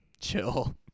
chill